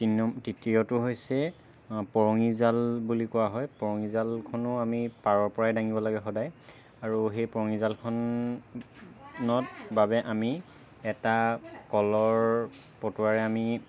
তিনি নং তৃতীয়টো হৈছে পৰঙি জাল বুলি কোৱা হয় পৰঙি জালখনো আমি পাৰৰ পৰাই দাঙিব লাগে সদায় আৰু সেই পৰঙি জালখনত বাবে আমি এটা কলৰ পটুৱাৰে আমি